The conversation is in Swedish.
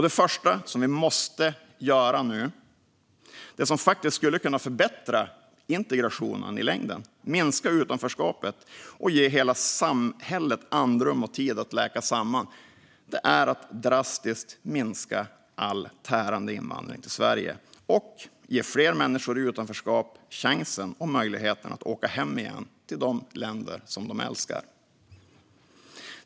Det första vi måste göra nu - det som faktiskt skulle kunna förbättra integrationen i längden, minska utanförskapet och ge hela samhället andrum och tid att läka samman - är att drastiskt minska all tärande invandring till Sverige och ge fler människor i utanförskap chansen och möjligheten att åka hem igen, till de länder som de älskar.